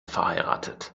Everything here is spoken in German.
verheiratet